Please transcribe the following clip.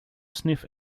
sniff